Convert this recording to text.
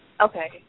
Okay